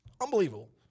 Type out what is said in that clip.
Unbelievable